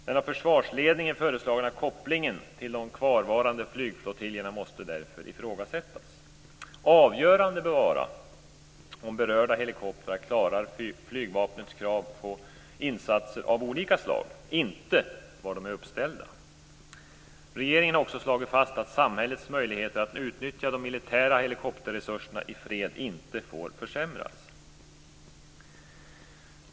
Den av försvarsledningen föreslagna kopplingen till de kvarvarande flygflottiljerna måste därför ifrågasättas. Avgörande bör vara om berörda helikoptrar klarar Flygvapnets krav på insatser av olika slag - inte var de är uppställda. Regeringen har också slagit fast att samhällets möjligheter att utnyttja de militära helikopterresurserna i fred inte får försämras.